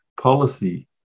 policy